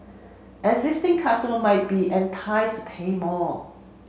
existing customer might be enticed to pay more